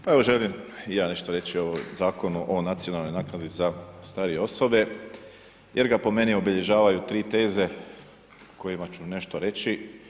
Pa evo želim i ja nešto reći o Zakonu o nacionalnoj naknadi za starije osobe jer ga po meni obilježavaju 3 teze o kojima ću nešto reći.